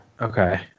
Okay